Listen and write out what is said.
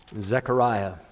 Zechariah